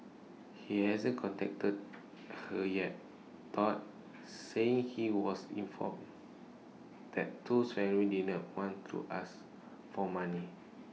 he hasn't contacted her yet thought saying he was informed that Toh's family didn't want to ask for money